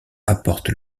apportent